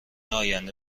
آینده